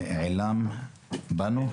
ועילם בנו,